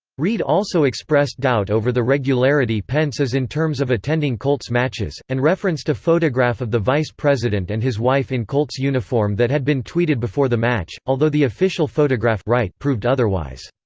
reid also expressed doubt over the regularity pence is in terms of attending colts matches, and referenced a photograph of the vice president and his wife in colts uniform that had been tweeted before the match, although the official photograph proved otherwise.